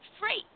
free